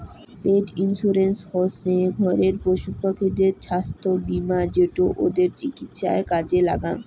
পেট insurance হসে ঘরের পশুপাখিদের ছাস্থ্য বীমা যেটো ওদের চিকিৎসায় কাজে লাগ্যাং